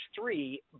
three